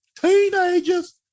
teenagers